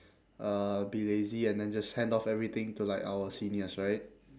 uh be lazy and then just hand off everything to like our seniors right